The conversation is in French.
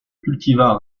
cultivar